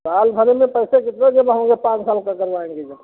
सालभर में पैसा कितना जमा होंगे पाँच साल का करवाएँगे तो